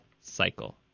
cycle